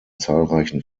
zahlreichen